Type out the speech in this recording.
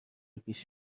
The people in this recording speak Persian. پیش